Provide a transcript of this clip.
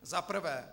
Za prvé.